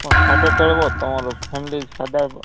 କ'ଣ ସାଧା ଚଳିବ ତୁମର ଫ୍ୟାମିଲି ସାଧା